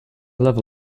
level